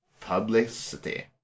publicity